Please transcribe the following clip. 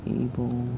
able